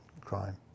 crime